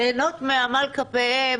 ליהנות מעמל כפיהם